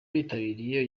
bitabiriye